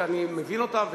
ואני מבין אותן,